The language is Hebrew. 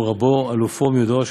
קראו רבו אלופו ומיודעו,